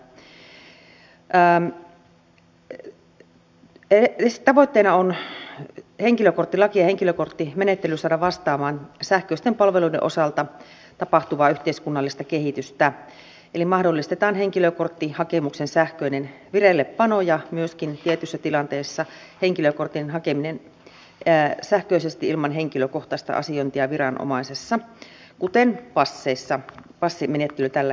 tavoitteena on saada henkilökorttilaki ja henkilökorttimenettely vastaamaan sähköisten palveluiden osalta tapahtuvaa yhteiskunnallista kehitystä eli mahdollistetaan henkilökorttihakemuksen sähköinen vireillepano ja myöskin tietyssä tilanteessa henkilökortin hakeminen sähköisesti ilman henkilökohtaista asiointia viranomaisessa kuten passimenettelyssä tällä hetkellä